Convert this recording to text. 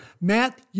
Matt